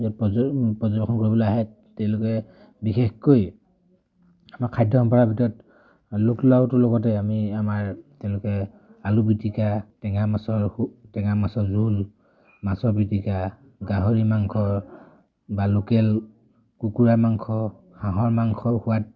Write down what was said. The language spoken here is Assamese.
প্ৰদৰ্শন কৰিবলৈ আহে তেওঁলোকে বিশেষকৈ আমাৰ খাদ্য সম্ভাৰৰ ভিতৰত লোক লাওটোৰ লগতে আমি আমাৰ তেওঁলোকে আলু পিটিকা টেঙা মাছৰ টেঙা মাছৰ জোল মাছৰ পিটিকা গাহৰি মাংস বা লোকেল কুকুৰা মাংস হাঁহৰ মাংস সোৱাদ